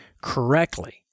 correctly